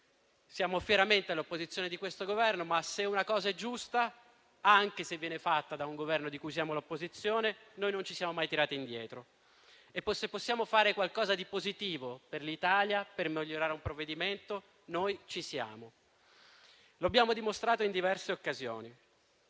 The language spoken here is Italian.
Siamo fieramente all'opposizione di questo Governo, ma se una cosa è giusta, anche se viene fatta da un Governo al quale siamo in opposizione, noi non ci tiriamo mai indietro. Se possiamo fare qualcosa di positivo per l'Italia per migliorare un provvedimento noi ci siamo e lo abbiamo dimostrato in diverse occasioni.